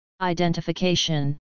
Identification